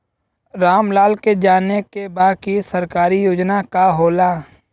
राम लाल के जाने के बा की सरकारी योजना का होला?